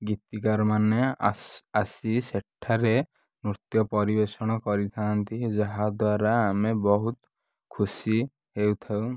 ଗୀତିକାରମାନେ ଆସି ସେଠାରେ ନୃତ୍ୟ ପରିବେଷଣ କରିଥାନ୍ତି ଯାହା ଦ୍ୱାରା ଆମେ ବହୁତ ଖୁସି ହେଇଥାଉ